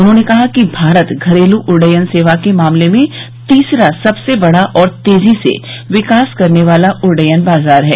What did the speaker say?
उन्होंने कहा कि भारत घरेलू उड्डयन सेवा के मामले में तीसरा सबसे बड़ा और तेजी से विकास करने वाला उड्डयन बाजार है